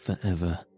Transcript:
forever